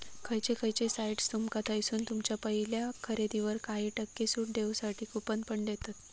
खयचे खयचे साइट्स तुमका थयसून तुमच्या पहिल्या खरेदीवर काही टक्के सूट देऊसाठी कूपन पण देतत